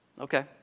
Okay